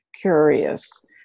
curious